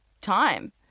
time